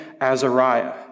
Azariah